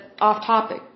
off-topic